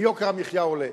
ויוקר המחיה עולה.